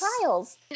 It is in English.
trials